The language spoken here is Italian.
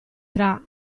tra